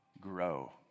grow